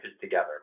together